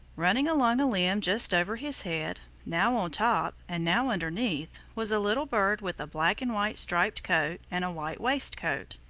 running along a limb just over his head, now on top and now underneath, was a little bird with a black and white striped coat and a white waistcoat.